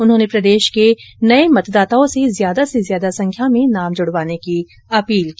उन्होंने प्रदेश के नव मतदाताओं से ज्यादा से ज्यादा संख्या में नाम जुड़वाने की अपील भी की